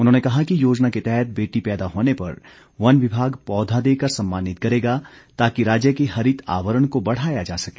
उन्होंने कहा कि योजना के तहत बेटी पैदा होने पर वन विभाग पौधा देकर सम्मानित करेगा ताकि राज्य के हरित आवरण को बढ़ाया जा सके